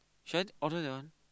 should I order that one